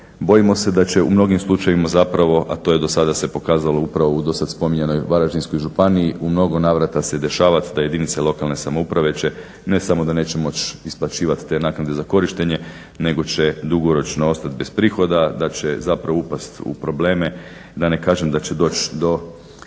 bojimo se da će u mnogim slučajevima zapravo, a to je do sada se pokazalo upravo u do sada spominjanoj Varaždinskoj županiji u mnogo navrata se dešavat da jedinice lokalne samouprave će ne samo da neće moći isplaćivati te naknade za korištenje nego će dugoročno ostati bez prihoda, da će zapravo upasti u probleme, da ne kažem da će doći do